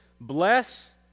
bless